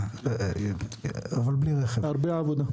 הרבה עבודה.